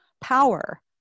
power